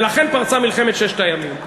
לכן פרצה מלחמת ששת הימים.